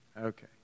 Okay